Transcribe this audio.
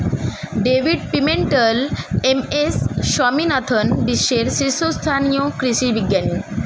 David Pimentel, M S Swaminathan বিশ্বের শীর্ষস্থানীয় কৃষি বিজ্ঞানী